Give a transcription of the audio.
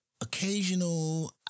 occasional